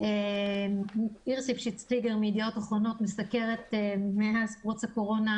האם יש מינהלת של המשטרה והיא אומרת: בגזרה הזו השוטרים,